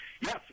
yes